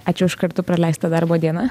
ačiū už kartu praleistą darbo dieną